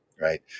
Right